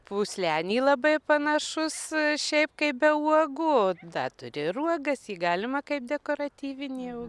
pūslenį labai panašus šiaip kaip be uogų dar turi ir uogas jį galima kaip dekoratyvinį